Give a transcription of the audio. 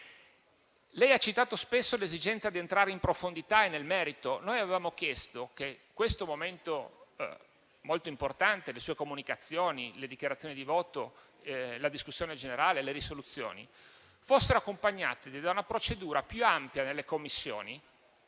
Lei ha citato spesso l'esigenza di entrare in profondità e nel merito. Avevamo chiesto che questo momento molto importante, le sue comunicazioni, le dichiarazioni di voto, la discussione generale e le risoluzioni, fossero accompagnati da una procedura più ampia nelle Commissioni